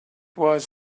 was